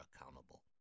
accountable